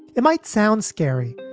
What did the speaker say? it might sound scary,